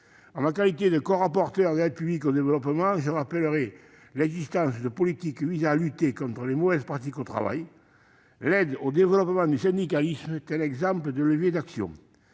En ma qualité de corapporteur spécial de la mission « Aide publique au développement », je rappelle l'existence de politiques visant à lutter contre les mauvaises pratiques au travail. L'aide au développement du syndicalisme est un exemple de levier d'action.